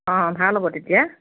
অঁ ভাল হ'ব তেতিয়া